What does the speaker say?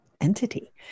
entity